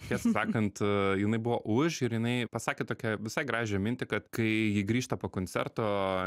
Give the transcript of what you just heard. tiesą sakant jinai buvo už ir jinai pasakė tokią visai gražią mintį kad kai ji grįžta po koncerto